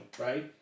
right